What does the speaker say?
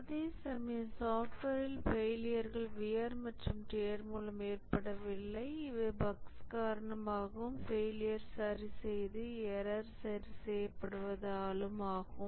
அதேசமயம் சாப்ட்வேரில் ஃபெயிலியர்கள் வியர் மற்றும் டியர் மூலம் ஏற்படவில்லை இவை பஃக்ஸ் காரணமாகவும் ஃபெயிலியர் சரிசெய்து எரர் சரி செய்யப்படுவதாலும் ஆகும்